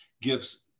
gives